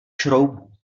šroubů